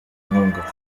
inkunga